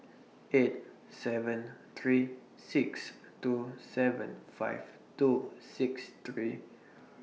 eight seven three six two seven five two six three